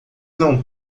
não